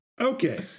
Okay